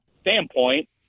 standpoint